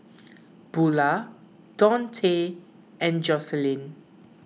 Bula Dontae and Jocelynn